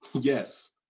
Yes